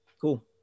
cool